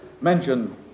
mentioned